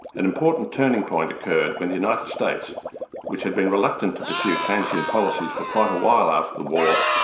an important turning point occurred when the united states which had been reluctant to pursue keynesian policies for quite a while after the war,